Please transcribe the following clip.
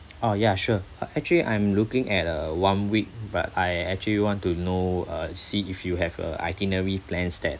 oh yeah sure uh actually I'm looking at a one week but I actually want to know uh see if you have uh itinerary plans that